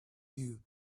you